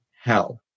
hell